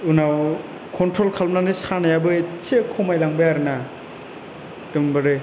उनाव कन्ट्रल खालामनानै सानायाबो एसे खमायलांबाय आरो ना एकदमबारि